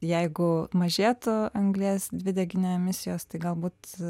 jeigu mažėtų anglies dvideginio emisijos tai galbūt